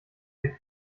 den